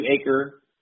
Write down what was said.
acre